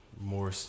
more